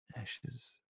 ashes